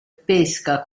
pesca